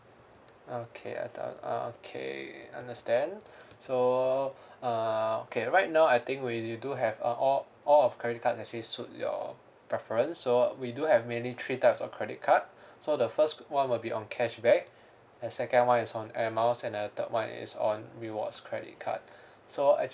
okay okay understand so uh okay right now I think we do have uh all all of credit card that actually suit your preference so we do have mainly three types of credit card so the first one will be on cashback and second one is on air miles and a third one is on rewards credit card so actually